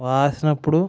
వాచినప్పుడు